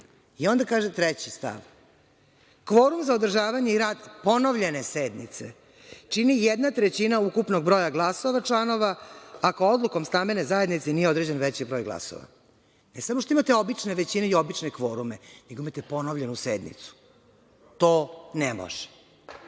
Onda kaže treći stav – kvorum za održavanje i rad ponovljene sednice čini jedna trećina ukupnog broja glasova članova, ako odlukom stambene zajednice nije određen veći broj glasova. Ne samo što imate obične većine i obične kvorume, nego imate ponovljenu sednicu. To ne može.